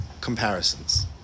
comparisons